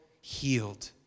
healed